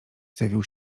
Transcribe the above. zjawił